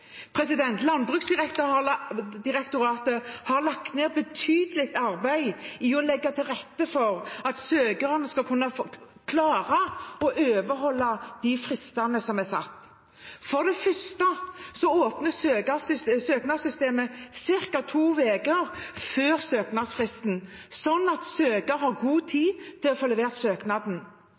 har lagt ned et betydelig arbeid i å legge til rette for at søkeren skal kunne klare å overholde de fristene som er satt. For det første åpner søknadssystemet ca. to uker før søknadsfristen, slik at søker har god tid til å få levert søknaden.